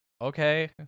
Okay